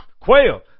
Quail